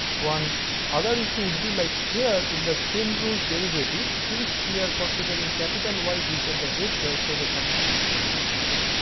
one other issue would be like here in the chain rules derivative since we are considering capital y's which are the vectors. so the summation would really not be there.